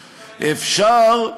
אפשר,